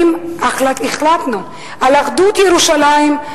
אם החלטנו על אחדות ירושלים,